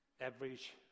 average